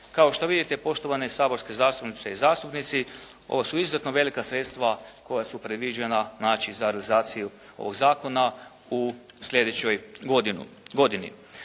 Kao što vidite poštovane saborske zastupnice i zastupnici, ovo su izuzetno velika sredstva koja su predviđena znači za realizaciju ovoga zakona u sljedećoj godini.